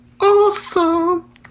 Awesome